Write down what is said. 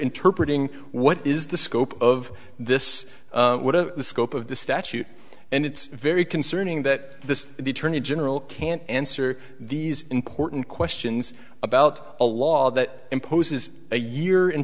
interpret ing what is the scope of this what of the scope of the statute and it's very concerning that the attorney general can't answer these important questions about a law that imposes a year in